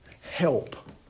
Help